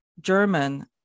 German